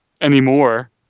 Anymore